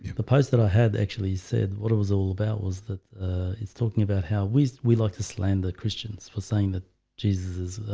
the post that i had actually said what it was all about was that it's talking about how we we like to slander christians for saying that jesus is